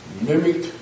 mimic